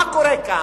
מה קורה כאן?